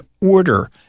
order